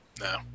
No